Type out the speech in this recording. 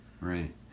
right